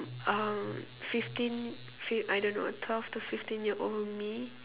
um fifteen fi~ I don't know twelve to fifteen year old me